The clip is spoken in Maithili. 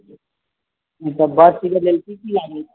तऽ बस टिकट लेल की की लागैत छै